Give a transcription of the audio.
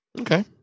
Okay